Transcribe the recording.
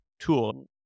tool